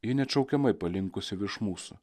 ji neatšaukiamai palinkusi virš mūsų